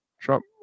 Trump